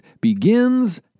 begins